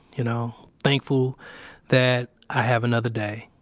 you know? thankful that i have another day.